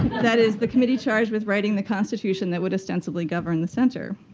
that is the committee charged with writing the constitution that would ostensibly govern the center.